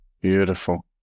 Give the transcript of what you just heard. Beautiful